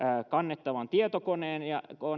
kannettavaan tietokoneeseen